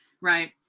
right